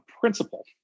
principle